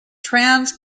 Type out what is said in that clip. trans